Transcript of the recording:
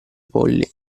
polli